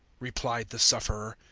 replied the sufferer,